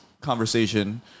conversation